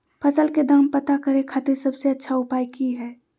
फसल के दाम पता करे खातिर सबसे अच्छा उपाय की हय?